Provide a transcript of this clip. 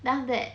then after that